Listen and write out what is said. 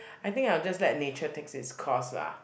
I think I'll just let nature take it's course lah